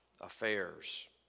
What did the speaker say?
affairs